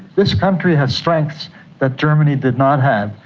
this country has strengths that germany did not have.